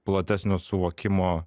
platesnio suvokimo